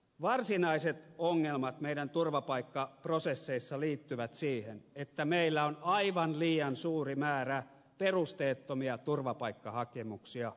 varsinaiset ongelmat meidän turvapaikkaprosesseissamme liittyvät siihen että meillä on aivan liian suuri määrä perusteettomia turvapaikkahakemuksia